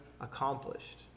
accomplished